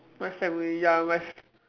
my family ya my